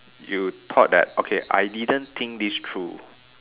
you thought that okay I didn't think this through